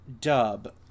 dub